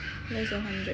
less than hundred